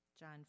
John